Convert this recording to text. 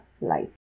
life